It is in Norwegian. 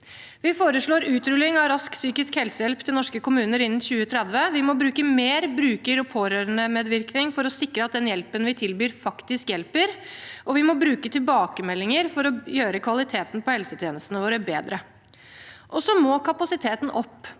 Vi foreslår utrulling av rask psykisk helsehjelp til norske kommuner innen 2030. Vi må bruke mer bruker- og pårørendemedvirkning for å sikre at den hjelpen vi tilbyr, faktisk hjelper, og vi må bruke tilbakemeldinger for å gjøre kva liteten på helsetjenestene våre bedre. Og så må kapasiteten opp.